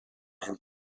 him